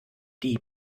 die